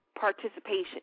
participation